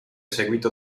seguito